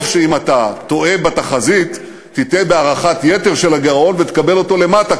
טוב שאם אתה טועה בתחזית תטעה בהערכת יתר של הגירעון ותקבל אותו למטה,